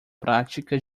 prática